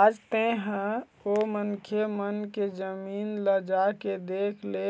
आज तेंहा ओ मनखे मन के जमीन ल जाके देख ले